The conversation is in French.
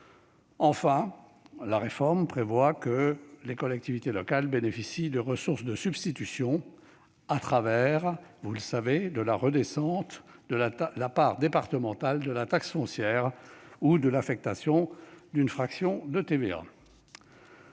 Enfin, la réforme prévoit que les collectivités locales bénéficient de ressources de substitution, au travers, vous le savez, de la redescente de la part départementale de la taxe foncière ou de l'affectation d'une fraction de TVA.